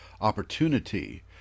opportunity